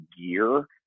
gear